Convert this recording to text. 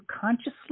consciously